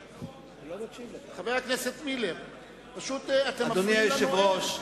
אתם פשוט מפריעים לנואם.